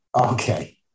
Okay